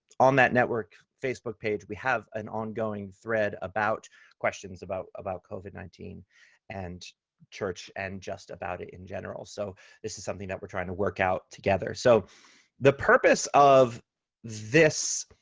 um network facebook page, we have an ongoing thread about questions about about covid nineteen and church, and just about it in general. so this is something that we're trying to work out together. so the purpose of this